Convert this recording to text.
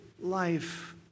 life